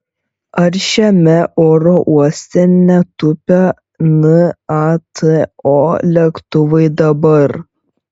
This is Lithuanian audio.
ar šiame oro uoste netūpia nato lėktuvai dabar